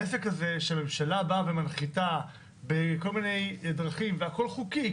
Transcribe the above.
העסק הזה שהממשלה באה ומנחיתה בכל מיני אזרחים והכל חוקי,